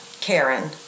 Karen